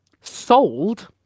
sold